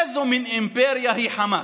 איזה מין אימפריה היא חמאס?